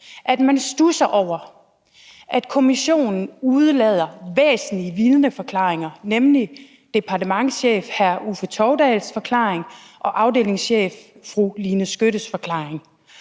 at man studser over, at kommissionen udelader væsentlige vidneforklaringer, nemlig den tidligere departementschef Uffe Toudal Pedersens forklaring og afdelingschef Line Skytte Mørk